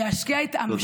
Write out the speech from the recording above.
להשקיע את המשאבים,